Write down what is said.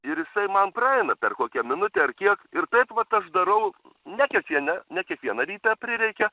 ir jisai man praeina per kokią minutę ar kiek ir taip vat aš darau ne kiekvieną ne kiekvieną rytą prireikia